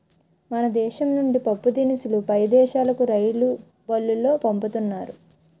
మన దేశం నుండి పప్పుదినుసులు పై దేశాలుకు రైలుబల్లులో పంపుతున్నారు